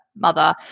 mother